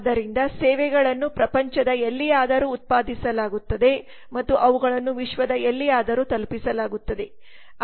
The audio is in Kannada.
ಆದ್ದರಿಂದ ಸೇವೆಗಳನ್ನು ಪ್ರಪಂಚದ ಎಲ್ಲಿಯಾದರೂ ಉತ್ಪಾದಿಸಲಾಗುತ್ತಿದೆ ಮತ್ತು ಅವುಗಳನ್ನು ವಿಶ್ವದ ಎಲ್ಲಿಯಾದರೂ ತಲುಪಿಸಲಾಗುತ್ತಿದೆ